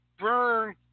Burn